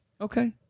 Okay